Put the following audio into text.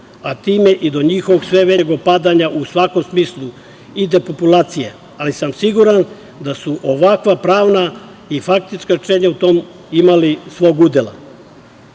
a time i do njihovog sve većeg opadanja u svakom smislu i depopulacije. Siguran sam da su ovakva pravna i faktička oličenja u tom imali svog udela.